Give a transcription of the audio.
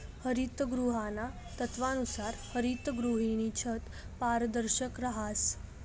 हरितगृहाना तत्वानुसार हरितगृहनी छत पारदर्शक रहास